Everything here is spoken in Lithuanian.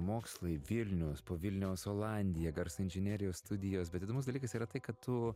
mokslai vilnius po vilniaus olandija garso inžinerijos studijos bet įdomus dalykas yra tai kad tu